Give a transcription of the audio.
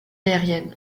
aérienne